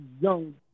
young